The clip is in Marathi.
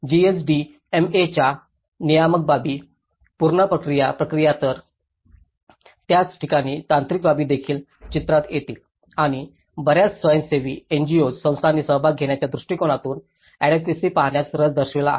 जीएसडीएमएच्या नियामक बाबी पुनर्प्रक्रिया प्रक्रिया तर त्याच ठिकाणी तांत्रिक बाबी देखील चित्रात येतात आणि बर्याच स्वयंसेवी संस्थांनी सहभाग घेण्याच्या दृष्टिकोनातून एडवोकेसी पाहण्यास रस दर्शविला आहे